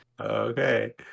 Okay